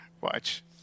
Watch